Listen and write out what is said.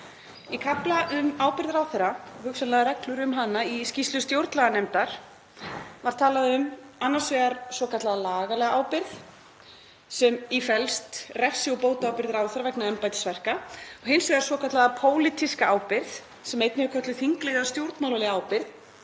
Í kafla um ábyrgð ráðherra, hugsanlega reglum um hana, í skýrslu stjórnlaganefndar var talað um annars vegar svokallaða lagalega ábyrgð, sem í felst refsi- og bótaábyrgð ráðherra vegna embættisverka, og hins vegar svokallaða pólitíska ábyrgð, sem einnig er kölluð þingleg eða stjórnmálaleg ábyrgð